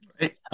right